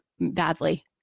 badly